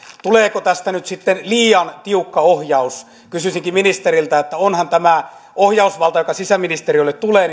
tuleeko tästä nyt sitten liian tiukka ohjaus kysyisinkin ministeriltä onhan tämä ohjausvalta joka sisäministeriölle tulee